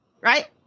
right